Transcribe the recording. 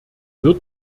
wird